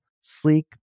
sleek